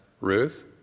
Ruth